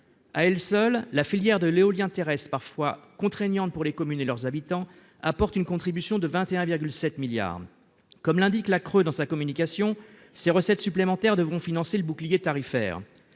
À elle seule, la filière de l'éolien terrestre, parfois contraignante pour les communes et leurs habitants, apporte une contribution de 21,7 milliards d'euros. Comme l'indique la CRE dans sa communication, ces recettes supplémentaires devront financer le bouclier tarifaire.